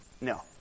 no